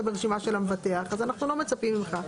ברשימה של המבטח אז אנחנו לא מצפים ממך,